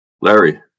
Larry